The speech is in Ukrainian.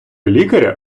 лікаря